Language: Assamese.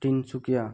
তিনিচুকীয়া